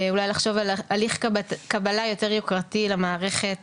אולי לחשוב על הליך קבלה יותר יוקרתי למערכת,